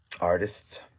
artists